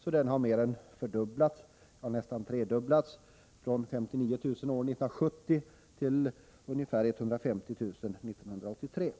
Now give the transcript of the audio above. så att den har mer än fördubblats, nästan tredubblats, från 59000 år 1970 till 151 000 år 1983.